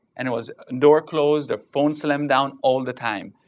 and it was a door closed, a phone slammed down all the time.